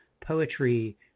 poetry